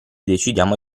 decidiamo